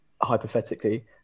hypothetically